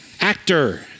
Actor